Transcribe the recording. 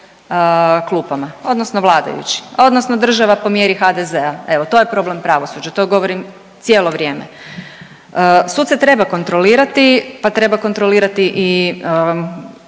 odnosno vladajući, odnosno država po mjeri HDZ-a. Evo to je problem pravosuđa. To govorim cijelo vrijeme. Suce treba kontrolirati, pa treba kontrolirati i